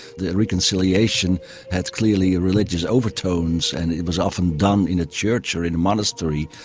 the reconciliation had clearly ah religious overtones and it was often done in a church or in a monastery.